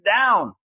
down